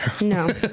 No